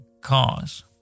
cause